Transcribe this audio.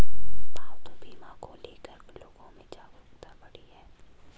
पालतू बीमा को ले कर लोगो में जागरूकता बढ़ी है